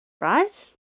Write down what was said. right